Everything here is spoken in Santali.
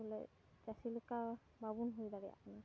ᱵᱚᱞᱮ ᱪᱟᱹᱥᱤ ᱞᱮᱠᱟ ᱵᱟᱵᱚᱱ ᱦᱩᱭ ᱫᱟᱲᱮᱭᱟᱜ ᱠᱟᱱᱟ